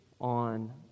on